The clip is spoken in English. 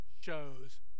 shows